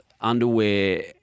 underwear